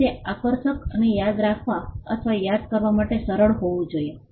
અને તે આકર્ષક અને યાદ રાખવા અથવા યાદ કરવા માટે સરળ હોવું જોઈએ